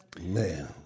Man